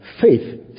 faith